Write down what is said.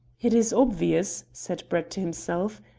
it is obvious, said brett to himself,